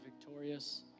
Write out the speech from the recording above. victorious